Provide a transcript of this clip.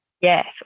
yes